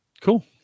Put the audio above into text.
Cool